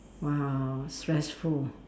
!wow! stressful